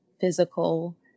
physical